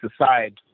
aside